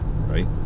right